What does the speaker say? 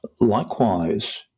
Likewise